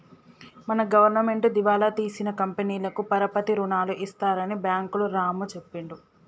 మన గవర్నమెంటు దివాలా తీసిన కంపెనీలకు పరపతి రుణాలు ఇస్తారని బ్యాంకులు రాము చెప్పిండు